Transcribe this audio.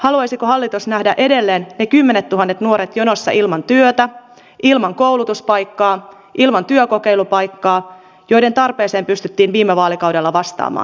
haluaisiko hallitus nähdä edelleen ne kymmenettuhannet nuoret jonossa ilman työtä ilman koulutuspaikkaa ilman työkokeilupaikkaa joiden tarpeeseen pystyttiin viime vaalikaudella vastaamaan